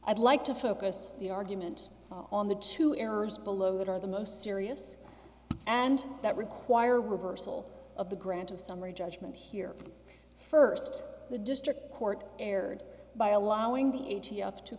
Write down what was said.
i'd like to focus the argument on the two errors below that are the most serious and that require reversal of the grant of summary judgment here first the district court erred by allowing the a